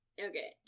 Okay